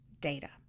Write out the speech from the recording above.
data